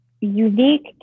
unique